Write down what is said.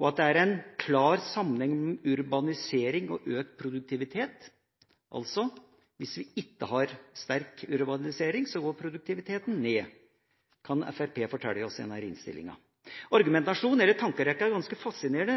og at det er «en klar sammenheng mellom urbanisering og økt produktivitet». Hvis vi ikke har sterk urbanisering, går produktiviteten ned, kan altså Fremskrittspartiet fortelle oss i denne innstillinga. Argumentasjonen eller tankerekka er ganske fascinerende.